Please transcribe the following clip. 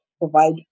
provide